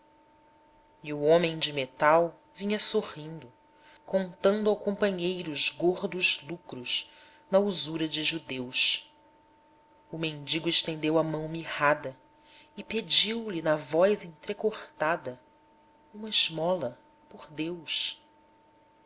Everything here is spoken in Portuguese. e o homem de metal vinha sorrindo contando ao companheiro os gordos lucros na usura de judeus o mendigo estendeu a mão mirrada e pediu-lhe na voz entrecortada uma esmola por deus